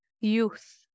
youth